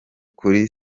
kuri